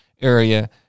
area